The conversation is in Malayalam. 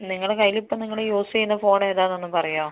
നിങ്ങള കൈയിൽ ഇപ്പോൾ നിങ്ങൾ യൂസ് ചെയ്യുന്ന ഫോൺ ഏതാണെന്ന് ഒന്ന് പറയുവോ